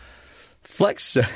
Flex –